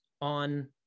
on